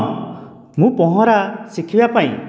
ମୁଁ ପହଁରା ଶିଖିବା ପାଇଁ